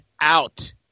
out